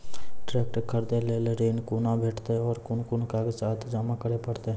Tractor खरीदै लेल ऋण कुना भेंटते और कुन कुन कागजात जमा करै परतै?